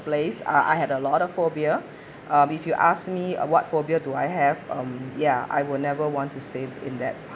place uh I had a lot of phobia uh if you ask me what phobia do I have um ya I will never want to save in that